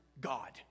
God